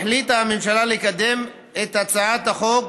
החליטה הממשלה לקדם את הצעת החוק,